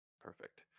Perfect